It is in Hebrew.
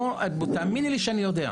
תאמיני לי שאני יודע.